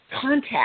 contact